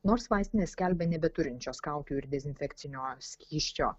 nors vaistinės skelbia nebeturinčios kaukių ir dezinfekcinio skysčio